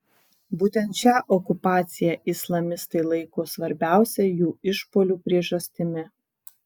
būtent šią okupaciją islamistai laiko svarbiausia jų išpuolių priežastimi